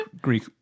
Greek